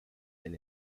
and